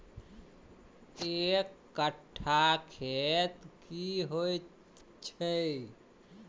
एक कट्ठा खेत की होइ छै?